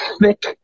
thick